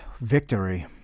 victory